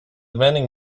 vending